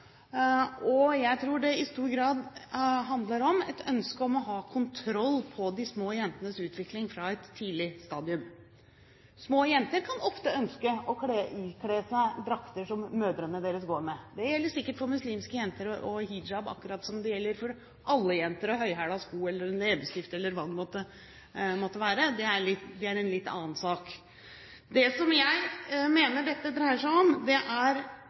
og jeg tror det i stor grad handler om et ønske om å ha kontroll på de små jentenes utvikling fra et tidlig stadium. Små jenter kan ofte ønske å ikle seg drakter som mødrene deres går med. Det gjelder sikkert for muslimske jenter og hijab, akkurat som det gjelder for alle jenter og høyhælte sko, leppestift eller hva det måtte være. Det er en litt annen sak. Det jeg mener dette dreier seg om, er det